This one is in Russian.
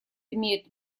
имеют